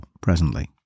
presently